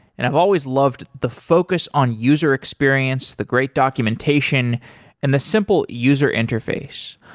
and i've always loved the focus on user experience, the great documentation and the simple user interface.